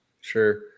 Sure